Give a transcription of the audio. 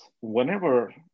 whenever